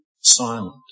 silent